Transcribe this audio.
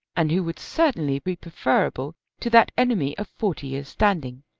and who would certainly be preferable to that enemy of forty years' standing.